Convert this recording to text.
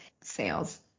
sales